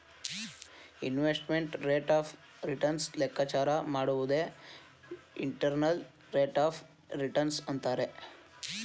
investment rate of return ಲೆಕ್ಕಾಚಾರ ಮಾಡುವುದೇ internal rate of return ಅಂತರೆ